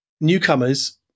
newcomers